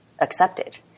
accepted